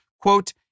quote